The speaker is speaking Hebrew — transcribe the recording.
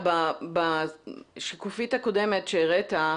בשקופית הקודמת שהראית,